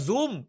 Zoom